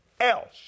else